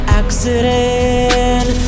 accident